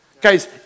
Guys